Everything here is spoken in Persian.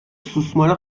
سوسمار